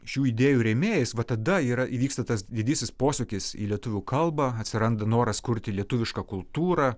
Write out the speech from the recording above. šių idėjų rėmėjais va tada yra įvyksta tas didysis posūkis į lietuvių kalbą atsiranda noras kurti lietuvišką kultūrą